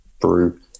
brew